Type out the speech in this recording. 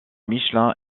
michelin